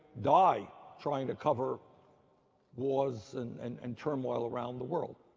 die trying to cover wars and and and turmoil around the world.